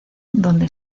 donde